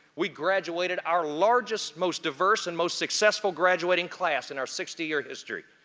we graduated our largest, most diverse and most successful graduating class in our sixty year history.